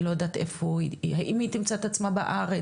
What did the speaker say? היא לא יודעת איפה והאם היא תמצא את עצמה בארץ,